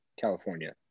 California